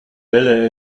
bälle